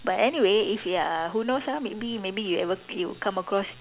but anyway if you are who knows ah maybe maybe you ever you come across